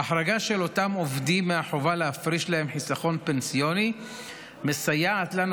ההחרגה של אותם עובדים מהחובה להפריש להם חיסכון פנסיוני מסייעת לנו,